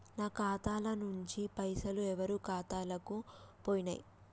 నా ఖాతా ల నుంచి పైసలు ఎవరు ఖాతాలకు పోయినయ్?